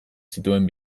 zituen